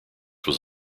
was